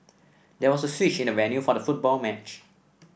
there was a switch in the venue for the football match